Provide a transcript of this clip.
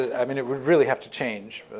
i mean, it would really have to change,